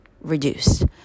reduced